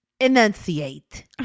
enunciate